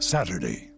Saturday